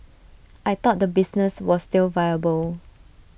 I thought the business was still viable